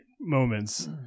moments